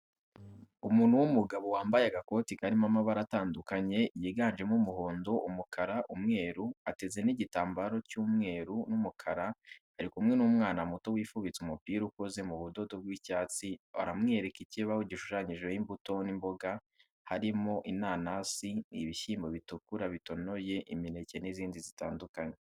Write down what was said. Umuntu w'umugabo wambaye agakoti karimo amabara atandukanye, yiganjemo umuhondo, umukara, umweru, ateze n'igitambaro cy'umweru n'umukara ari kumwe n'umwana muto wifubitse umupira ukoze mu budodo w'icyatsi aramwereka, ikibaho gishushanyijeho imbuto n'imboga harimo inanasi, ibishyimbo bitukura bitonoye imineke n'izindi zitandukanye.